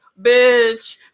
bitch